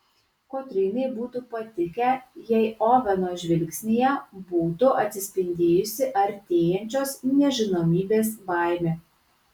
kotrynai būtų patikę jei oveno žvilgsnyje būtų atsispindėjusi artėjančios nežinomybės baimė